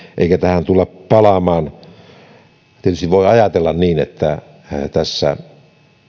eikä tähän tulla palaamaan tietysti voi ajatella niin että tässä